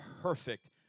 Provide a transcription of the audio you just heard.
perfect